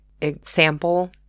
example